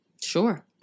Sure